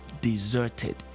deserted